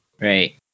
Right